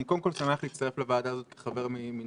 אני קודם כל שמח להצטרף לוועדה הזו כחבר מן